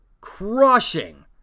crushing